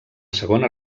segona